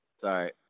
Sorry